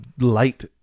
light